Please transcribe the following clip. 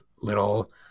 little